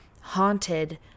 haunted